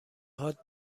هات